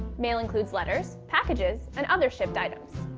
mail includes letters packages and other shipped items.